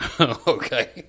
Okay